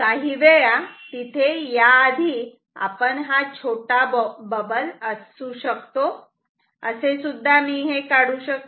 काही वेळा तिथे याआधी हा छोटा बबल असू शकतो असे सुद्धा मी हे काढू शकतो